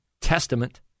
testament